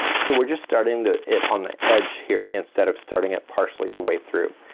so we're just starting the, it on the edge here, instead of starting it partially the way through.